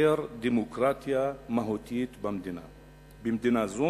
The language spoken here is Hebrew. העדר דמוקרטיה מהותית במדינה זו,